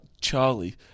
Charlie